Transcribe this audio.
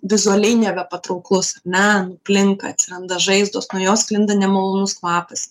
vizualiai nebepatrauklus ar ne aplink atsiranda žaizdos nuo jo sklinda nemalonus kvapas